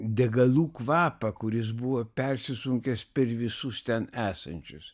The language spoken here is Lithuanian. degalų kvapą kuris buvo persisunkęs per visus ten esančius